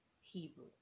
hebrew